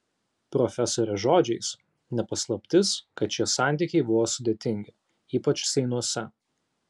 profesorės žodžiais ne paslaptis kad šie santykiai buvo sudėtingi ypač seinuose